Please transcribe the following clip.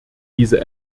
diese